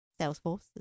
Salesforce